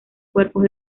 cuerpos